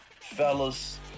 Fellas